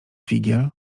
figiel